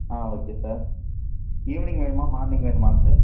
ஆ okay sir evening வேணுமா morning வேணுமா sir